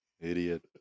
Idiot